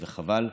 וחבל.